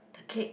the cake